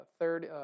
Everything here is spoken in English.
third